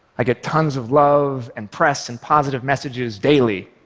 i get tons of love and press and positive messages daily.